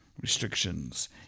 restrictions